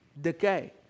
decay